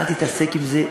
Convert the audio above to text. אל תתעסק עם זה,